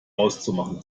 auszumachen